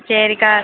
சரிக்கா